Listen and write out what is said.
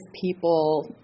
people